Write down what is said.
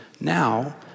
now